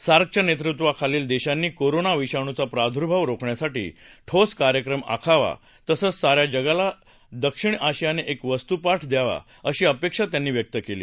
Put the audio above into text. सार्कच्या नस्तिवाखाली दक्षिनी कोरोना विषाणूचा प्रादुर्भाव रोखण्यासाठी ठोस कार्यक्रम आखावा तसंच सा या जगाला दक्षिण आशियाने एक वस्तुपाठ द्यावा अशी अपक्षी त्यांनी व्यक्त कली